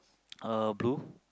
uh blue